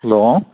hello